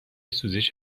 سوزش